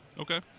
Okay